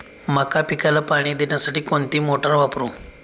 मका पिकाला पाणी देण्यासाठी कोणती मोटार वापरू?